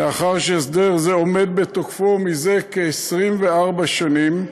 מאחר שהסדר זה עומד בתוקפו זה כ-24 שנים,